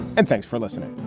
and thanks for listening